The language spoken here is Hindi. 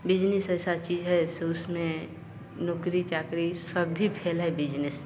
बिजनिस ऐसा चीज़ है सो उसमें नौकरी चाकरी सभी फेल हैं बिजनेस में